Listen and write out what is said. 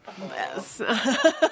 Yes